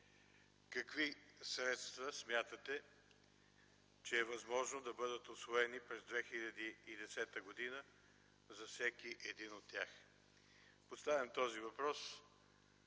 какви средства смятате, че е възможно да бъдат усвоени през 2010 г. за всеки един от тях? Поставям този въпрос,